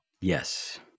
Yes